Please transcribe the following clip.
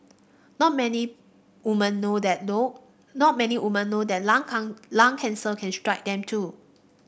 not many woman know that not many woman know that lung lung cancer can strike them too